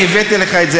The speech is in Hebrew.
אני הבאתי לך את זה,